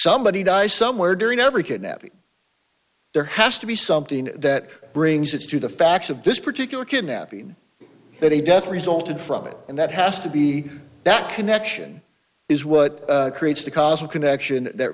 somebody die somewhere during every kidnapping there has to be something that brings it to the facts of this particular kidnapping that a death resulted from it and that has to be that connection is what creates the cause of connection that